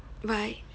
why